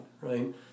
right